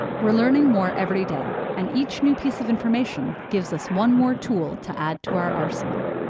we're learning more every day, and each new piece of information gives us one more tool to add to our arsenal.